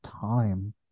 time